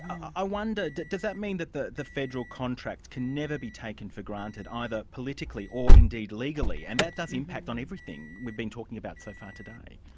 i wonder, does that mean that the the federal contract can never be taken for granted, either politically or indeed legally? and that does impact on everything we've been talking about so far today.